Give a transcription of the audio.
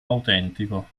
autentico